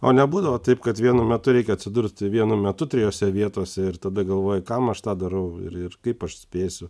o nebūdavo taip kad vienu metu reikia atsidurti vienu metu trijose vietose ir tada galvoji kam aš tą darau ir ir kaip aš spėsiu